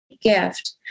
gift